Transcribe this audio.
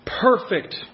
perfect